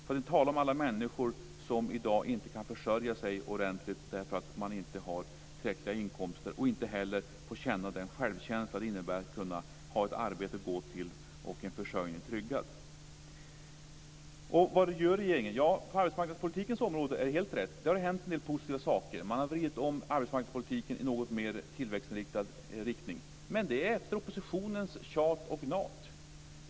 Och tänk bara på alla de människor som i dag inte kan försörja sig ordentligt därför att de inte har tillräckliga inkomster och inte heller får känna den självkänsla det innebär att ha ett arbete att gå till och att ha sin försörjning tryggad. Vad gör då regeringen? Ja, på arbetsmarknadspolitikens område har det hänt en del positiva saker. Det är helt rätt. Man har vridit arbetsmarknadspolitiken i en något mer tillväxtinriktad riktning. Men det är efter oppositionens tjat och gnat.